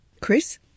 Chris